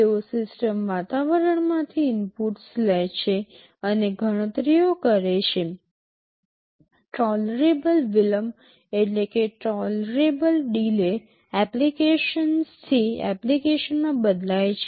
તેઓ સિસ્ટમ વાતાવરણમાંથી ઇનપુટ્સ લે છે અને ગણતરીઓ કરે છે ટોલરેબલ વિલંબ એપ્લિકેશનથી એપ્લિકેશનમાં બદલાય છે